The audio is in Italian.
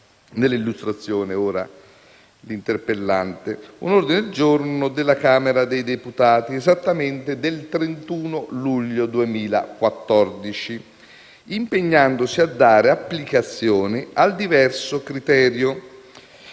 nell'illustrazione, ha accolto un ordine del giorno della Camera dei deputati, esattamente del 31 luglio 2014, impegnandosi a dare applicazione al diverso criterio,